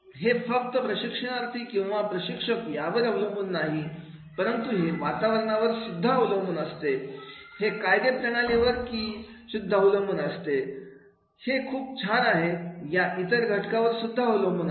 हे फक्त प्रशिक्षणार्थी किंवा प्रशिक्षक यावर अवलंबून नाही परंतु हे वातावरणावर सुद्धा अवलंबून असते हे कायदे प्रणालीवर की शुद्ध अवलंबून असते हे खूप छान आहे या इतर घटकावर सुद्धा अवलंबून असते